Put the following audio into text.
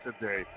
today